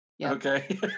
Okay